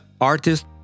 artist